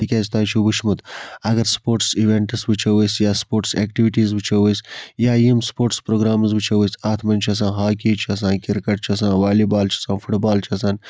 تکیاز تۄہہِ چھُ وٕچھمُت اگر سپوٹس اِویٚنٹس وٕچھو أسۍ یا سپوٹس ایٚکٹِوِٹیٖز وٕچھو أسۍ یا یِم سپوٹس پروگرامز وٕچھو أسۍ اتھ مَنٛز چھِ آسان ہاکی چھِ آسان کِرکَٹ چھُ آسان والی بال چھُ آسان فُٹ بال چھُ آسان